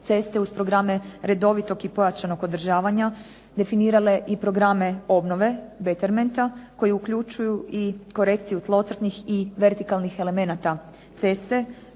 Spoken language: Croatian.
ceste uz programe redovitog i pojačanog održavanja definirale i programe obnove .../Govornica se ne razumije./... koji uključuju i korekciju tlocrtnih i vertikalnih elemenata ceste